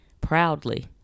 proudly